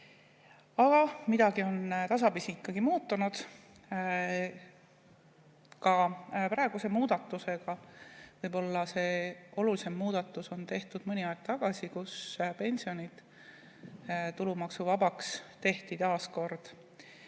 Aga midagi on tasapisi ikkagi muutunud, ka praeguse muudatusega. Võib-olla see olulisem muudatus on tehtud mõni aeg tagasi, kui pensionid taas kord tulumaksuvabaks tehti. Ja nüüd ka